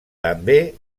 també